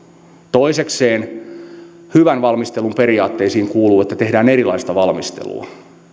toisekseen hyvän valmistelun periaatteisiin kuuluu että tehdään erilaista valmistelua